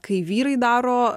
kai vyrai daro